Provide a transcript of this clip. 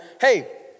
hey